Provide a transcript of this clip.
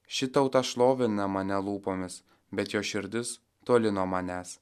ši tauta šlovina mane lūpomis bet jos širdis toli nuo manęs